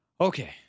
Okay